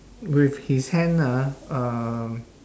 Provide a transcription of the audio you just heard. with his hand ah um